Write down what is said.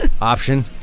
option